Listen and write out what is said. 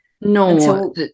No